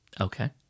Okay